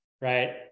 right